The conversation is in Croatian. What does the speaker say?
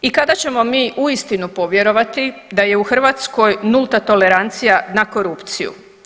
I kada ćemo mi uistinu povjerovati da je u Hrvatskoj nulta tolerancija na korupciju?